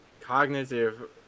cognitive